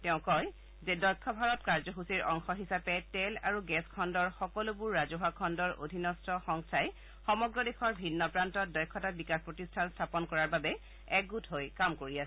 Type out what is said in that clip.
তেওঁ কয় দক্ষ ভাৰত কাৰ্যসূচীৰ অংশ হিচাপে তেল আৰু গেছ খণ্ডৰ সকলোবোৰ ৰাজছৱা খণ্ডৰ অধীনস্থ সংস্থাই সমগ্ৰ দেশৰ ভিন্ন প্ৰান্তত দক্ষতা বিকাশ প্ৰতিষ্ঠান স্থাপন কৰাৰ বাবে একগোট হৈ কাম কৰি আছে